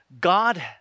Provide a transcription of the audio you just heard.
God